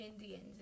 Indians